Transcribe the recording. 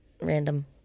Random